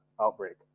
outbreak